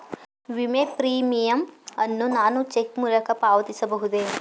ವಿಮೆ ಪ್ರೀಮಿಯಂ ಅನ್ನು ನಾನು ಚೆಕ್ ಮೂಲಕ ಪಾವತಿಸಬಹುದೇ?